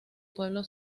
pueblo